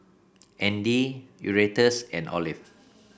Andy Erastus and Olive